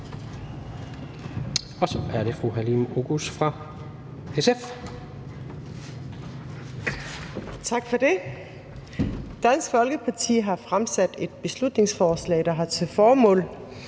15:46 (Ordfører) Halime Oguz (SF): Tak for det. Dansk Folkeparti har fremsat et beslutningsforslag, der har til formål,